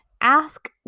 Ask